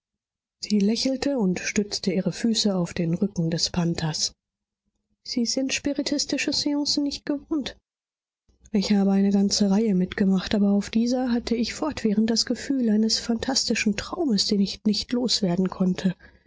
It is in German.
sie lächelte und stützte ihre füße auf den rücken des panthers sie sind spiritistische seancen nicht gewohnt ich habe eine ganze reihe mitgemacht aber aus dieser hatte ich fortwährend das gefühl eines phantastischen traumes den ich nicht loswerden konnte